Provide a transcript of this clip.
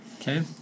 Okay